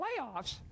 Playoffs